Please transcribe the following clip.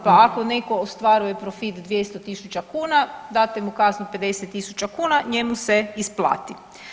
Pa kao netko ostvaruje profit 200.000 kuna date mu kaznu 50.000 kuna njemu se isplati.